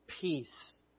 peace